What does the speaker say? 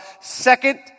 Second